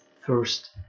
first